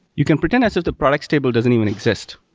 you can pretend as if the products table doesn't even exist.